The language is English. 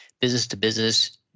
business-to-business